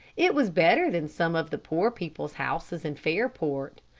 it was better than some of the poor people's houses in fairport.